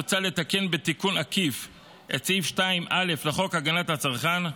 מוצע לתקן בתיקון עקיף את סעיף 2(א) לחוק הגנת הצרכן,